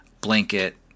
blanket